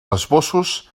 esbossos